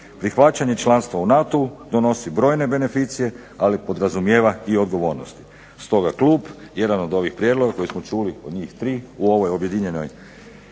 Prihvaćanje članstva u NATO-u donosi brojne beneficije, ali podrazumijeva i odgovornost. Stoga klub jedan od ovih prijedloga koji smo čuli od njih tri u ovoj objedinjenoj